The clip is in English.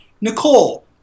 Nicole